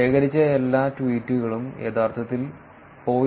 ശേഖരിച്ച എല്ലാ ട്വീറ്റുകളും യഥാർത്ഥത്തിൽ 0